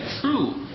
true